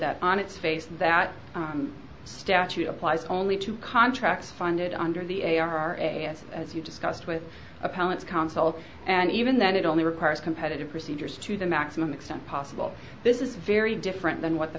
that on its face that statute applies only to contracts funded under the a r a s as you discussed with appellant counsel and even then it only requires competitive procedures to the maximum extent possible this is very different than what the